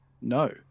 No